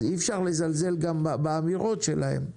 אי אפשר לזלזל גם באמירות שלהם.